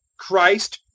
christ,